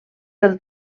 del